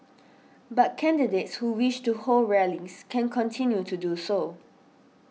but candidates who wish to hold rallies can continue to do so